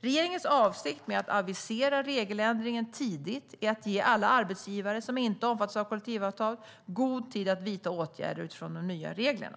Regeringens avsikt med att avisera regeländringen tidigt är att ge alla arbetsgivare som inte omfattas av kollektivavtal god tid att vidta åtgärder utifrån de nya reglerna.